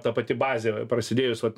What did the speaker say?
ta pati bazė prasidėjus vat